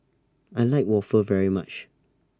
I like Waffle very much